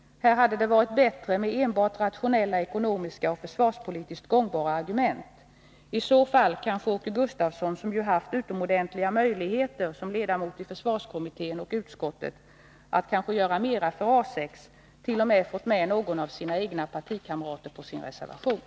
Här hade det varit bättre med enbart rationella ekonomiska och försvarspolitiskt gångbara argument. I så fall kunde Åke Gustavsson, som i egenskap av ledamot i försvarskommittén och i utskottet ju haft utomordentligt goda möjligheter att göra mera för A 6, kanske t.o.m. ha fått någon av sina egna partikamrater att stödja hans reservation.